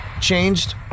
changed